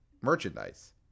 merchandise